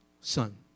son